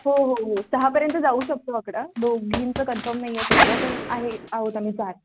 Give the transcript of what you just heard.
हो हो हो सहापर्यंत जाऊ शकतो आकडा दोघींचं कन्फम नाही आहे सध्या पण आहे आहोत आम्ही चार